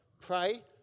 Pray